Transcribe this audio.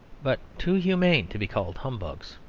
but too humane to be called humbugs.